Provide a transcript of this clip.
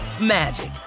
magic